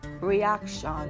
reaction